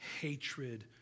hatred